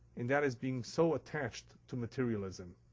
and that is being so attached to materialism.